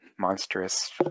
monstrous